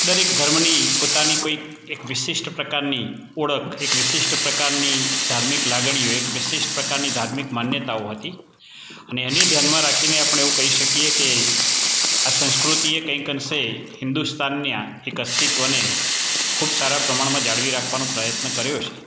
દરેક ધર્મની પોતાની કોઈક એક વિશિષ્ટ પ્રકારની ઓળખ એક વિશિષ્ટ પ્રકારની ધાર્મિક લાગણી એક વિશિષ્ટ પ્રકારની ધાર્મિક માન્યતાઓ હતી અને એને ધ્યાનમાં રાખીને આપણે એવું કહી શકીએ કે આ સંસ્કૃતિએ કંઈક અંશે હિન્દુસ્તાનને આ એક અસ્તિત્વને ખૂબ સારા પ્રમાણમાં જાળવી રાખવાનો પ્રયત્ન કર્યો છે